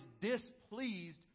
displeased